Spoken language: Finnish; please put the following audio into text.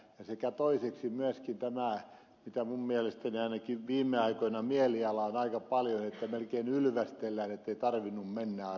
toiseksi myöskin on tätä mielialaa ainakin minun mielestäni viime aikoina on aika paljon ollut että melkein ylvästellään ettei tarvinnut mennä armeijaan